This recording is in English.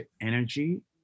energy